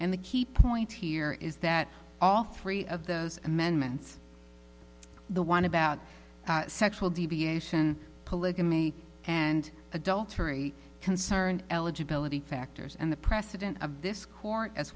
and the key point here is that all three of those amendments the one about sexual deviation polygamy and adultery concerned eligibility factors and the precedent of this court as